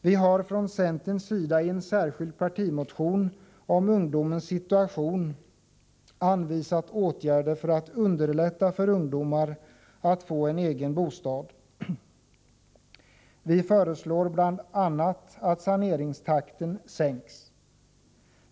Vi har från centerns sida i en särskild partimotion om ungdomens situation anvisat åtgärder för att underlätta för ungdomar att få en egen bostad. Vi föreslår för det första att saneringstakten sänks.